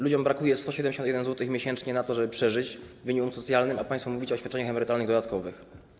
Ludziom brakuje 171 zł miesięcznie na to, żeby przeżyć, do minimum socjalnego, a państwo mówicie o świadczeniach emerytalnych dodatkowych.